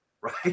right